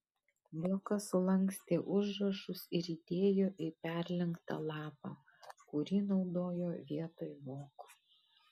blokas sulankstė užrašus ir įdėjo į perlenktą lapą kurį naudojo vietoj voko